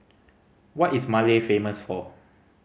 what is Male famous for